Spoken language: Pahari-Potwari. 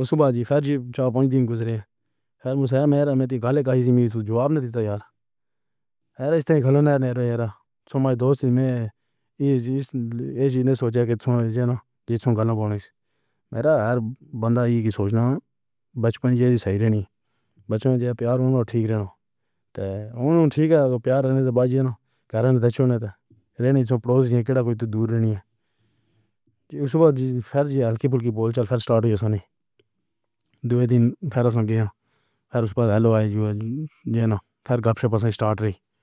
اُس بازی فریبی چاکو دن گزرے۔ ہر محفل میرے گلے کا ہی جواب نہیں دیا۔ یار اِسے کھولو نا نیرو۔ میرا دوست میں اِسی نے سوچا کہ سنو جی گلے کو نہیں میرا اور بندہ ہی کی اطلاع بچپن جیسی رہنی۔ بچوں کے پیار ہو ٹھیک رہنا اور ٹھیک ہے۔ پیار ہے نہیں تو جانا۔ کرن دیکھو نہیں تو رہنے کا کوئی تو دور رہنی ہے۔ اُس وقت پھر ہلکی پھلکی بول چال سٹارٹ ہو جاتی ہے۔ دوسرے دن پھر کیا پھر اُس پر تالا جانا پھر گپ شپ سے سٹارٹ رہی۔